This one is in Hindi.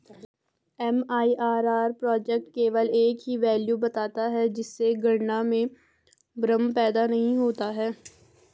एम.आई.आर.आर प्रोजेक्ट केवल एक ही वैल्यू बताता है जिससे गणना में भ्रम पैदा नहीं होता है